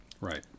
Right